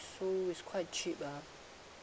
so it's quite cheap ah